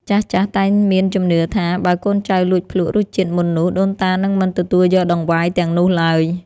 ចាស់ៗតែងមានជំនឿថា បើកូនចៅលួចភ្លក្សរសជាតិមុននោះដូនតានឹងមិនទទួលយកដង្វាយទាំងនោះឡើយ។